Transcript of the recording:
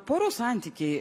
porų santykiai